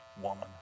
woman